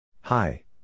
Hi